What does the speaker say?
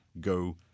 go